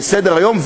לסדר-היום,